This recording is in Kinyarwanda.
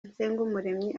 nsengumuremyi